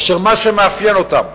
אשר מה שמאפיין אותם,